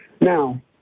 Now